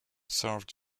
served